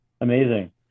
Amazing